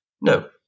No